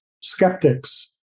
skeptics